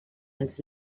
als